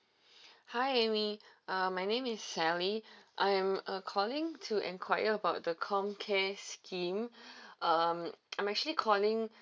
hi amy uh my name is sally I'm uh calling to inquire about the com care scheme um I'm actually calling